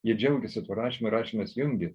jie džiaugiasi tuo rašymu rašymas jungia